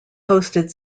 hosted